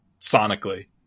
sonically